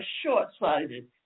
short-sighted